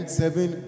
seven